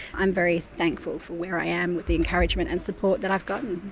i'm very thankful for where i am, with the encouragement and support that i've gotten.